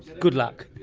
good luck.